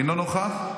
אינו נוכח,